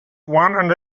one